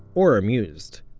or amused.